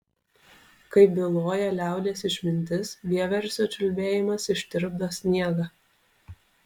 kaip byloja liaudies išmintis vieversio čiulbėjimas ištirpdo sniegą